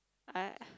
I